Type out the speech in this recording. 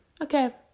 Okay